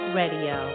radio